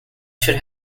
should